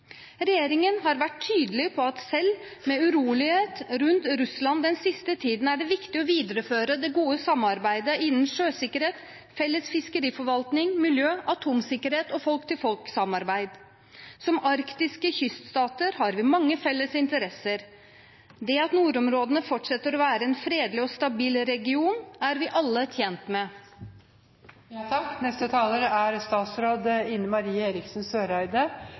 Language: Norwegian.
Regjeringen har vært tydelig på at selv med uro rundt Russland den siste tiden er det viktig å videreføre det gode samarbeidet innen sjøsikkerhet, felles fiskeriforvaltning, miljø, atomsikkerhet og folk-til-folk-samarbeid. Som arktiske kyststater har vi mange felles interesser. Det at nordområdene fortsetter å være en fredelig og stabil region, er vi alle tjent